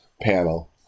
panel